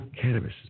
cannabis